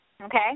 Okay